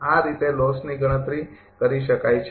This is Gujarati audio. આ રીતે લોસની ગણતરી કરી શકાય છે